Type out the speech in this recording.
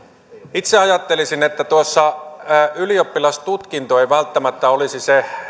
itse ajattelisin että ylioppilastutkinto ei välttämättä olisi se